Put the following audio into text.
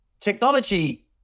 technology